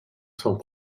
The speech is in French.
sans